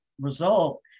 result